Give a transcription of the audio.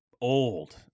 old